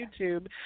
YouTube